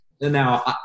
Now